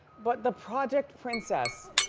but the project princess.